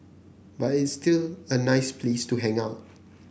but it's still a nice place to hang out